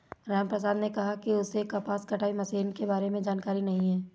रामप्रसाद ने कहा कि उसे कपास कटाई मशीन के बारे में जानकारी नहीं है